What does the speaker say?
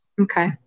Okay